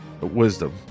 Wisdom